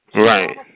Right